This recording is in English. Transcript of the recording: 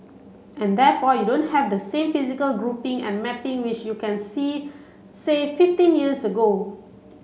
and therefore you don't have the same physical grouping and mapping which you can see say fifteen years ago